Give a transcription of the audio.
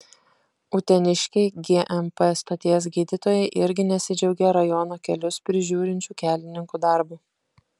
uteniškiai gmp stoties gydytojai irgi nesidžiaugia rajono kelius prižiūrinčių kelininkų darbu